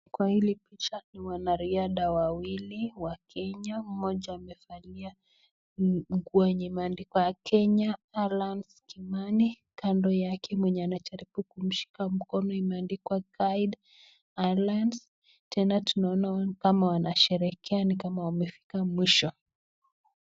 Kwa hili picha ni wariadha wawili wa Kenya. Mmoja amevalia nguo yenye imeandikwa Kenya Alan Kimani. Kando yake mwenye anajaribu kumshika mkono imeandikwa Guide Alan . Tena tunaona ni kama wanasherehekea, ni kama wamefika mwisho.